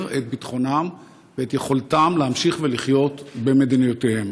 את ביטחונם ואת יכולתם להמשיך ולחיות במדינותיהם.